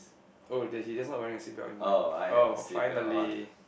oh there he's just not wearing a seatbelt in mine orh finally